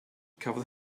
cafodd